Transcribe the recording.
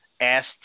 asked